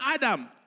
Adam